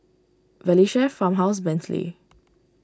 Valley Chef Farmhouse Bentley